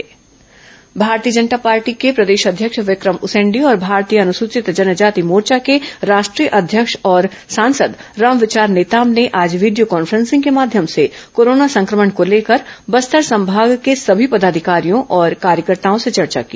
भाजपा कार्यकर्ता चर्चा भारतीय जनता पार्टी के प्रदेश अध्यक्ष विक्रम उसेंडी और भारतीय अनुसूचित जनजाति मोर्चा के राष्ट्रीय अध्यक्ष और सांसद रामविचार नेताम ने आज वीडियो कॉन्फ्रेंसिंग के माध्यम से कोरोना संक्रमण को लेकर बस्तर संभाग के समी पदाधिकारियों और कार्यकर्ताओं से चर्चा की